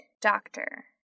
doctor